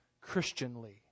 Christianly